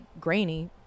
grainy